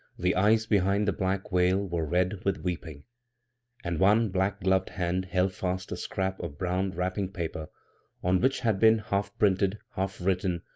the eyes be hind the black veil were red with weeping and one black-gloved hand held fast a scrap of brown wrapping paper on which had been half printed, half written,